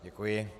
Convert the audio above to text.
Děkuji.